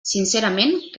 sincerament